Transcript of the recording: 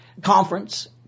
conference